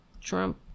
Trump